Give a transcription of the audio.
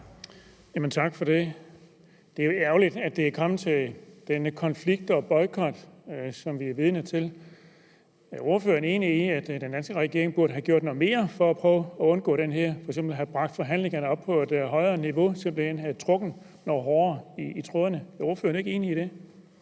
Tak for det. Det er jo ærgerligt, at det er kommet til den her konflikt og boykot, som vi er vidne til. Er ordføreren enig i, at den danske regering burde have gjort noget mere for at prøve at undgå det her, f.eks. have bragt forhandlinger op på et højere niveau, simpelt hen have trukket noget stærkere i trådene? Er ordføreren ikke enig i det?